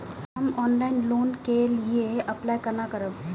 हम online loan के लिए अप्लाई केना करब?